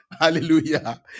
hallelujah